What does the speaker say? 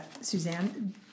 Suzanne